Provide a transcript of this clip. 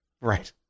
right